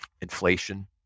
inflation